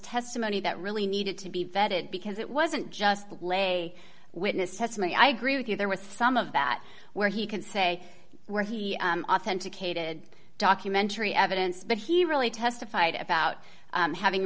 testimony that really needed to be vetted because it wasn't just lay witness testimony i agree with you there was some of that where he can say where he authenticated documentary evidence but he really testified about having